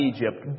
Egypt